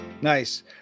nice